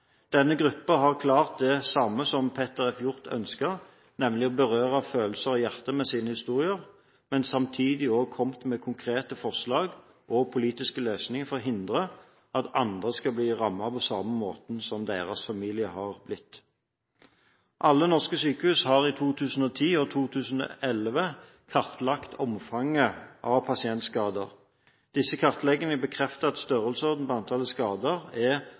Denne gruppen har klart det som også Peter F. Hjort ønsket, nemlig å berøre følelser og hjerte med sine historier, men samtidig har de også kommet med konkrete forslag og politiske løsninger for å hindre at andre skal bli rammet på samme måten som deres familier har blitt. Alle norske sykehus har i 2010 og 2011 kartlagt omfanget av pasientskader. Disse kartleggingene bekrefter at størrelsesordenen på antallet skader er